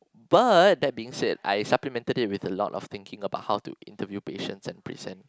but that being said I supplemented it with a lot of thinking about how to interview patients and present